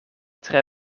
tre